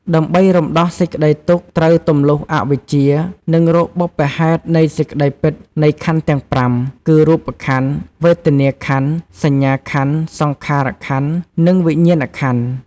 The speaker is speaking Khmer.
ដើម្បីរំដោះសេចក្តីទុក្ខ ត្រូវទំលុះអវិជ្ជា និងរកបុព្វហេតុនៃសេចក្តីពិតនៃខន្ធទាំង ៥ គឺ រូបខន្ធ វេទនាខន្ធ សញ្ញាខន្ធ សង្ខារខន្ធ និងវិញ្ញាណខន្ធ។